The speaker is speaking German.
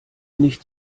nicht